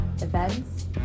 events